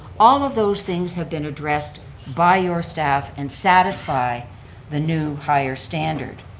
all of those things have been addressed by your staff and satisfy the new higher standard.